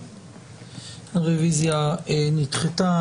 הצבעה לא אושרה הרוויזיה נדחתה,